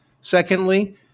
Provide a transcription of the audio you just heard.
Secondly